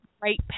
great